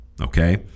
Okay